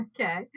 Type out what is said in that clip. Okay